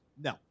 no